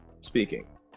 speaking